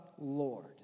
Lord